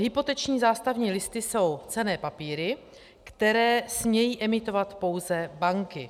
Hypoteční zástavní listy jsou cenné papíry, které smějí emitovat pouze banky.